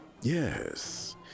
Yes